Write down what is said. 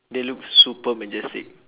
they look super majestic